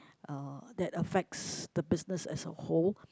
uh that affects the business as a whole